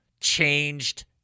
changed